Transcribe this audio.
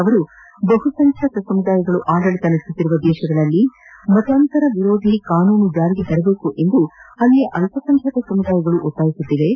ಅವರು ಬಹು ಸಂಖ್ಞಾತ ಸಮುದಾಯಗಳು ಆಡಳಿತ ನಡೆಸುತ್ತಿರುವ ದೇಶಗಳಲ್ಲಿ ಮತಾಂತರ ಕಾನೂನು ಜಾರಿಗೊಳಿಸುವಂತೆ ಅಲ್ಲಿಯೂ ಅಲ್ಲಸಂಖ್ಯಾತ ಸಮುದಾಯಗಳು ಒತ್ತಾಯಿಸುತ್ತಿವೆ